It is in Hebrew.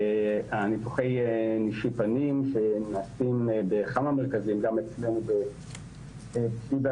ניתוחי נישוי פנים שנעשים בכמה מרכזים - גם אצלנו בשיבא,